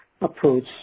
approach